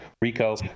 Rico